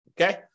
Okay